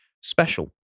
special